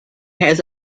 have